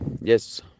Yes